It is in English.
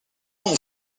only